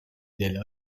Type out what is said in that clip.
del